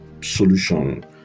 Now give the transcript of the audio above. solution